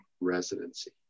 residency